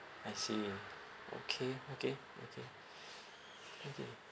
I see okay okay okay okay